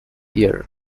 year